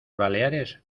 baleares